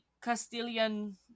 Castilian